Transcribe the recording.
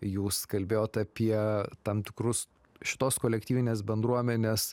jūs kalbėjot apie tam tikrus šitos kolektyvinės bendruomenės